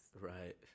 Right